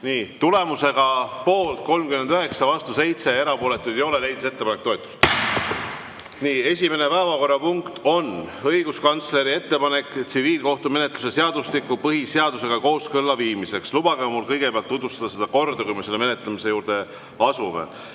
Tulemusega poolt 39, vastu 7 ja erapooletuid ei ole, leidis ettepanek toetust. Esimene päevakorrapunkt on õiguskantsleri ettepanek tsiviilkohtumenetluse seadustiku põhiseadusega kooskõlla viimiseks. Lubage mul kõigepealt tutvustada seda korda, enne kui me selle menetlemise juurde asume.